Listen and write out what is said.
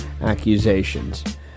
accusations